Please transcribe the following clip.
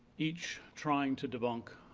each trying to debunk,